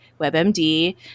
WebMD